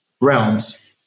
realms